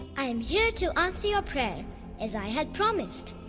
i am here to answer your prayer as i had promised!